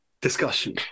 discussion